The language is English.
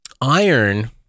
iron